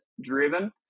driven